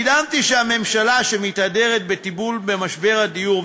נדהמתי שהממשלה שמתהדרת בטיפול במשבר הדיור,